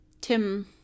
Tim